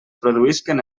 produïsquen